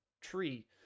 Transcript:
tree